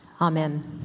Amen